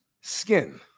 skin